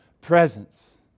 presence